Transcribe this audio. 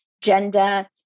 gender